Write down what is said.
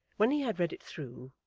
when he had read it through